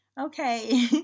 Okay